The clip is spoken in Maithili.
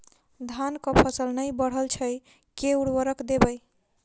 धान कऽ फसल नै बढ़य छै केँ उर्वरक देबै?